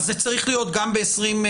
זה צריך להיות גם ב-220ד.